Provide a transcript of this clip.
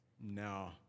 no